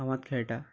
हांव आतां खेळटां